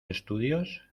estudios